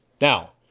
Now